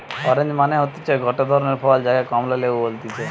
orange মানে হতিছে গটে ধরণের ফল যাকে কমলা লেবু বলতিছে